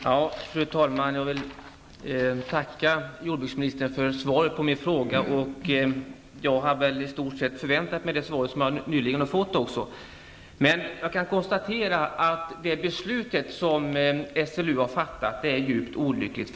Fru talman! Jag vill tacka jordbruksministern för svaret på min fråga. Jag hade väl i stort sett förväntat mig det svar som jag nyss har fått, men jag kan konstatera att det beslut som SLU har fattat är djupt olyckligt.